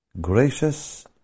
Gracious